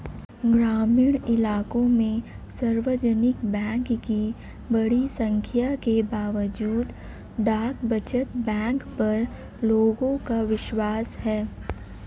ग्रामीण इलाकों में सार्वजनिक बैंक की बड़ी संख्या के बावजूद डाक बचत बैंक पर लोगों का विश्वास है